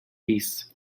beasts